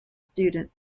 students